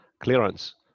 clearance